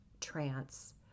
trance